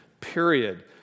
period